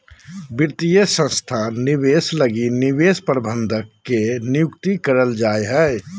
वित्तीय संस्थान निवेश लगी निवेश प्रबंधक के नियुक्ति करल जा हय